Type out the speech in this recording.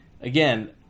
again